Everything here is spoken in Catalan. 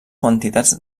quantitats